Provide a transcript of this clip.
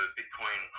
Bitcoin